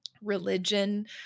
religion